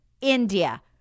India